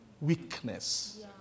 weakness